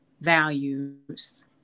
values